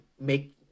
make